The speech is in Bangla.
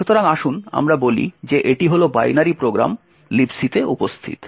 সুতরাং আসুন আমরা বলি যে এটি হল বাইনারি প্রোগ্রাম লিব সি তে উপস্থিত